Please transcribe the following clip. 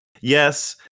yes